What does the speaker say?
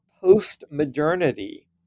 post-modernity